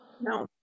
no